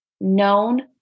known